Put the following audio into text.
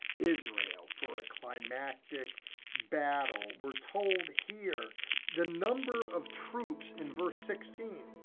israel, for a climactic battle. we're told here the number of troops in verse sixteen,